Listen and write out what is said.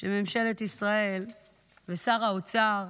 שממשלת ישראל ושר האוצר,